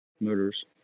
motors